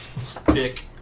Stick